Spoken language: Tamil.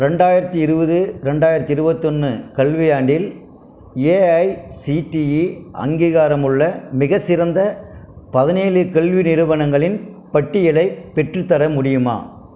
ரெண்டாயிரத்து இருபது ரெண்டாயிரத்து இருபத்தொன்னு கல்வியாண்டில் ஏஐசிடிஇ அங்கீகாரமுள்ள மிகச்சிறந்த பதினேழு கல்வி நிறுவனங்களின் பட்டியலை பெற்றுத் தர முடியுமா